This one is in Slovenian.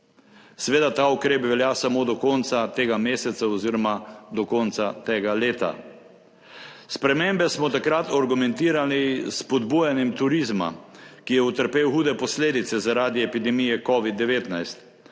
Seveda ta ukrep velja samo do konca tega meseca oziroma do konca tega leta. Spremembe smo takrat argumentirali s spodbujanjem turizma, ki je utrpel hude posledice zaradi epidemije covid-19,